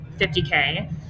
50K